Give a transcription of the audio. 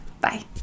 Bye